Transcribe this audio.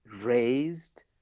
raised